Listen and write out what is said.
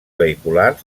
vehicular